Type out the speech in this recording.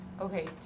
Okay